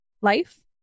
life